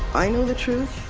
i know the truth.